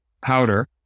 powder